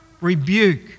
rebuke